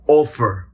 offer